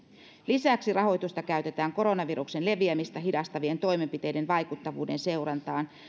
lisäksi rahoitusta käytetään koronaviruksen leviämistä hidastavien toimenpiteiden vaikuttavuuden seurantaan